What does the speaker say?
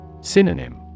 Synonym